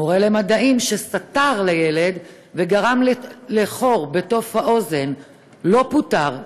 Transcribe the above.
מורה למדעים שסטר לילד וגרם לחור בתוף האוזן לא פוטר,